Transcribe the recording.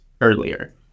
earlier